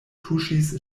tuŝis